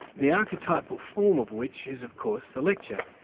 the archetypal form of which is, of course, the lecture,